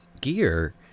gear